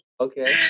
okay